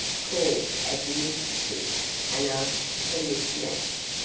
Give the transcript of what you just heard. called at the institute and asked for miss nash.